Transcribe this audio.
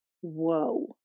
Whoa